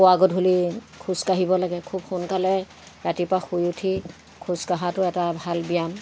পুৱা গধূলি খোজকাঢ়িব লাগে খুব সোনকালে ৰাতিপুৱা শুই উঠি খোজকাঢ়াটো এটা ভাল ব্যায়াম